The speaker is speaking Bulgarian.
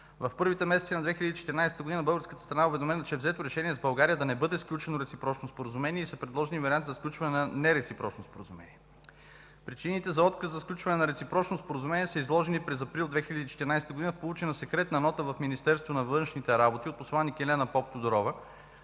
В първите месеци на 2014 г. българската страна е уведомена, че е взето решение с България да не бъде сключено реципрочно Споразумение и са предложили вариант за сключване на нереципрочно Споразумение. Причините за отказа за сключване на реципрочно Споразумение са изложени през месец април 2014 г. в получена секретна нота в Министерството на външните работи от посланик Елена Поптодорова.